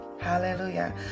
Hallelujah